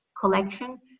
collection